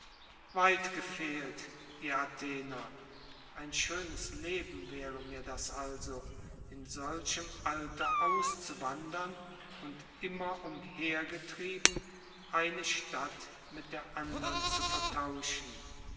weit gefehlt ihr athener ein schönes leben wäre mir das also in solchem alter auszuwandern und immer umhergetrieben eine stadt mit der andern zu vertauschen